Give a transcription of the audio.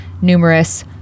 numerous